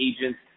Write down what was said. agents